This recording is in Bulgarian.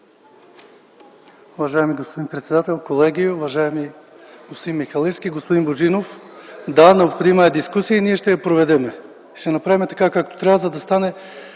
Уважаеми господин председател, колеги, уважаеми господин Михалевски, господин Божинов! Да, необходима е дискусия и ние ще я проведем. Ще направим така, както трябва, за да станат